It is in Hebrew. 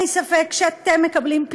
אין לי ספק שאתם מקבלים,